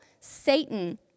Satan